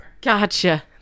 Gotcha